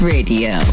Radio